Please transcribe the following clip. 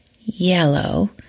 yellow